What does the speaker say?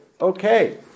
Okay